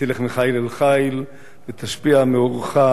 שתלך מחיל לחיל ותשפיע מאורך,